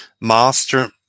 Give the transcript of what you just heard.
master